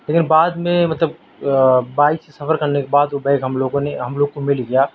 لیکن بعد میں مطلب بائیک سے سفر کرنے کے بعد وہ بیگ ہم لوگوں نے ہم لوگوں کو مل گیا